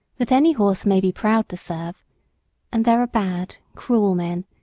that any horse may be proud to serve and there are bad, cruel men,